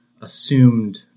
assumed